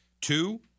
Two